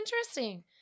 interesting